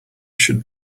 should